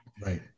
Right